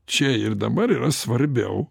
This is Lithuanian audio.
čia ir dabar yra svarbiau